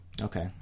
Okay